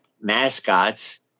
mascots